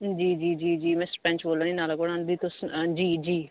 जी जी जी जी मैं सरपंच बोल्ला नीं नालाकोला दा जी जी जी जी